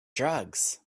drugs